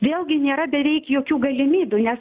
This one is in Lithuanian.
vėlgi nėra beveik jokių galimybių nes